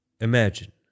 Imagine